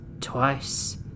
twice